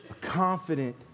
confident